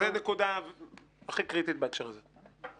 זו הנקודה הכי קריטית בהקשר הזה.